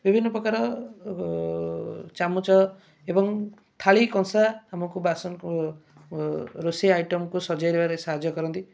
ବିଭିନ୍ନ ପ୍ରକାର ଚାମଚ ଏବଂ ଥାଳି କଂସା ଆମକୁ ବାସନ ରୋଷେଇ ଆଇଟମ୍କୁ ସଜେଇବାରେ ସାହାଯ୍ୟ କରନ୍ତି